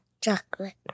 Chocolate